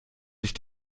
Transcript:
sich